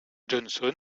johnson